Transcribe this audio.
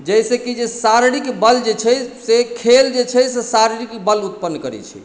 जाहिसँ कि जे शारीरिक बल जे छै से खेल जे छै से शारीरिक बल उत्पन्न करैत छै